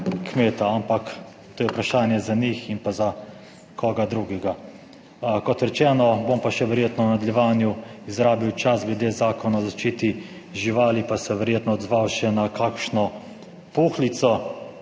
kmeta, ampak to je vprašanje za njih in pa za koga drugega. Kot rečeno, bom pa še verjetno v nadaljevanju izrabil čas glede Zakona o zaščiti živali, pa se verjetno odzval še na kakšno puhlico,